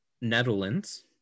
Netherlands